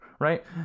right